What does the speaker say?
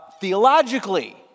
theologically